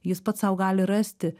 jis pats sau gali rasti